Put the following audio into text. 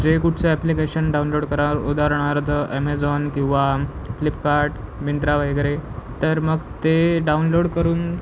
जे कुठचे application download कराल उदाहरणार्थ ॲमेझॉन किंवा फ्लिपकार्ट मिन्त्रा वगैरे तर मग ते डाउनलोड करून